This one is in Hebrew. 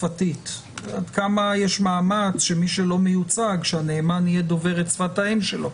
עד כמה יש מאמץ שמי שלא מיוצג שהנאמן יהיה דובר את שפת האם שלו?